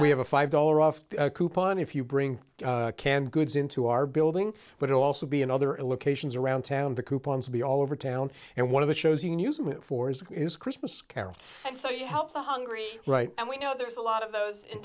we have a five dollar off coupon if you bring canned goods into our building but also be another in locations around town the coupons to be all over town and one of the shows you can use for is a christmas carol and so you help the hungry right and we know there's a lot of those in